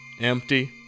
Empty